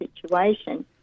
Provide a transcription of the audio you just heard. situation